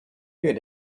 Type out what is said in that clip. you